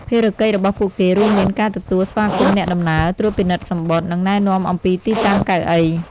ភារកិច្ចរបស់ពួកគេរួមមានការទទួលស្វាគមន៍អ្នកដំណើរ ត្រួតពិនិត្យសំបុត្រ និងណែនាំអំពីទីតាំងកៅអី។